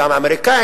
גם אמריקנים,